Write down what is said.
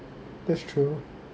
that's true